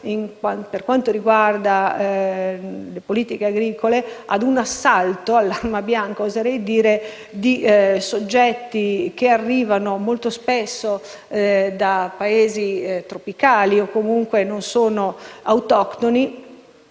per quanto riguarda le politiche agricole, ad un assalto all'arma bianca di insetti che arrivano molto spesso da Paesi tropicali o che non sono autoctoni,